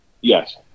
yes